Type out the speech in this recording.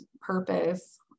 purpose